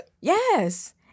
Yes